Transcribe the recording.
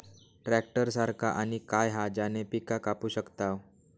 Tractor सारखा आणि काय हा ज्याने पीका कापू शकताव?